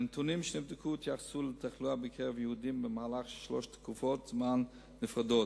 הנתונים שנבדקו התייחסו לתחלואה בקרב יהודים בשלוש תקופות זמן נפרדות,